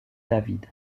david